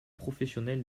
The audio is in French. professionnels